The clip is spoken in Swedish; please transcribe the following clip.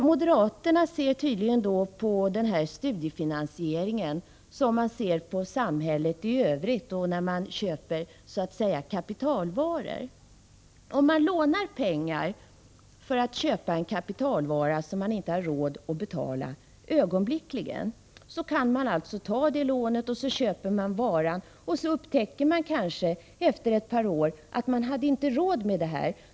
Moderaterna ser tydligen på studiefinansieringen som de ser på samhället i Övrigt när man köper kapitalvaror. Om man lånar pengar för att köpa en kapitalvara som man inte har råd att betala ögonblickligen, kan man alltså låna. Så köper man varan. Sedan upptäcker man kanske efter ett par år att man inte hade råd med denna.